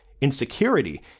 Insecurity